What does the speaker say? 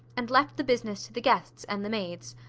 and left the business to the guests and the maids.